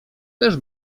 też